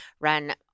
run